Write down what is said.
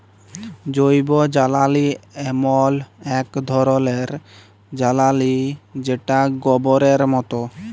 জৈবজ্বালালি এমল এক ধরলের জ্বালালিযেটা গবরের মত